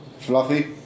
Fluffy